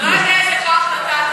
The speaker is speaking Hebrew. אתה לא יודע איזה כוח נתת,